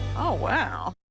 oh, wow.